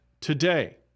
today